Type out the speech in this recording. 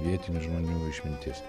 vietinių žmonių išmintis